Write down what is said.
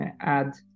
add